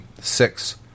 six